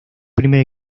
primer